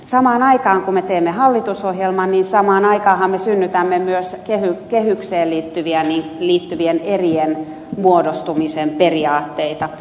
samaan aikaan kun me teemme hallitusohjelman me synnytämme myös kehykseen liittyvien erien muodostumisen periaatteita